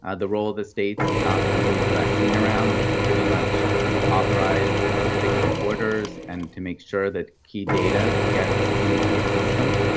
ah the role of the state is not to move the vaccine around but to pretty much authorize a particular order and to make sure that key data gets into the system.